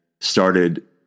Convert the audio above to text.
started